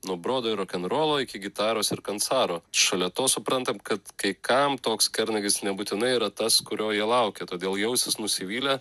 nuo brodo ir rokenrolo iki gitaros ir kansaro šalia to suprantam kad kai kam toks kernagis nebūtinai yra tas kurio jie laukia todėl jausis nusivylę